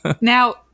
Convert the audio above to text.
Now